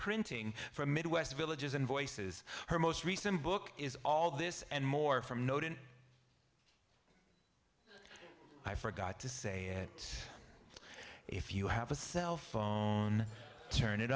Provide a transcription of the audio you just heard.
printing from midwest villages and voices her most recent book is all this and more from noted i forgot to say that if you have a cell phone turn it